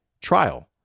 trial